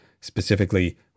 specifically